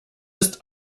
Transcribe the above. ist